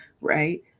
Right